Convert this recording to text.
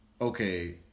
okay